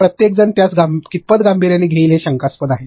प्रत्येक जण त्यास कितपत गांभीर्याने घेईल ते शंकास्पद आहे